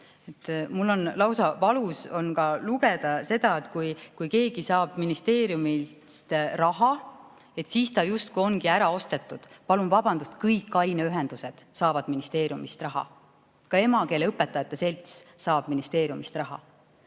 Mul on lausa valus lugeda seda, et kui keegi saab ministeeriumist raha, siis ta on justkui ära ostetud. Palun vabandust, aga kõik aineühendused saavad ministeeriumist raha, ka emakeeleõpetajate selts saab ministeeriumist raha.